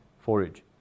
forage